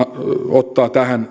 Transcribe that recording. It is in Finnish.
ottaa tähän